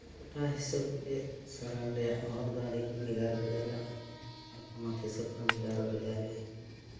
ᱴᱚᱴᱷᱟ ᱦᱤᱥᱟᱹᱵ ᱛᱮ ᱥᱮ ᱟᱞᱮᱭᱟᱜ ᱦᱚᱨ ᱫᱚ ᱟᱹᱰᱤ ᱵᱷᱮᱜᱟᱨ ᱵᱷᱮᱜᱟᱨᱟ ᱟᱨ ᱯᱚᱱᱚᱛ ᱦᱤᱥᱟᱹᱵ ᱛᱮ ᱵᱷᱮᱜᱟᱨ ᱵᱷᱮᱜᱟᱨ ᱜᱮ